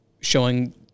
showing